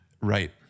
Right